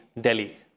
Delhi